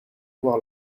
voir